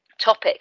topic